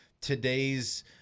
Today's